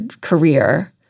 career